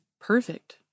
Perfect